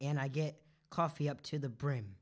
and i get coffee up to the brain